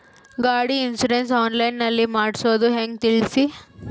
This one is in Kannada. ಗಾಡಿ ಇನ್ಸುರೆನ್ಸ್ ಆನ್ಲೈನ್ ನಲ್ಲಿ ಮಾಡ್ಸೋದು ಹೆಂಗ ತಿಳಿಸಿ?